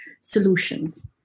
solutions